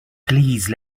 please